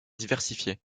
diversifiées